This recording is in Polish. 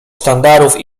sztandarów